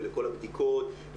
ולכל הבדיקות,